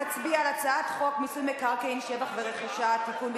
נצביע על הצעת חוק מיסוי מקרקעין (שבח ורכישה) (תיקון,